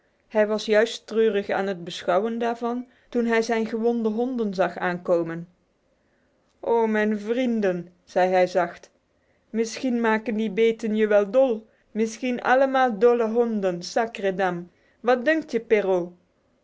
hij was juist treurig aan het beschouwen daarvan toen hij zijn gewonde honden zag aankomen o mijn vrienden zei hij zacht misschien maken die beten je wel dol misschien allemaal dolle honden sacredam wat dunkt je